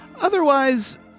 otherwise